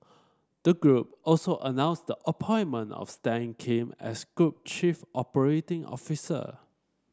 the group also announced the appointment of Stan Kim as group chief operating officer